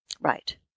Right